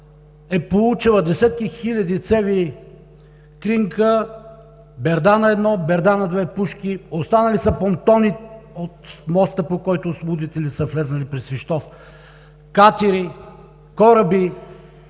е получила десетки хиляди цеви – кримка, „Бердана 1“, „Бердана 2“ – пушки, останали са понтони от моста, по който освободителите за влезли през Свищов, катери, кораби